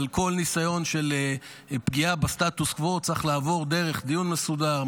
אבל כל ניסיון של פגיעה בסטטוס קוו צריך לעבור דרך דיון מסודר,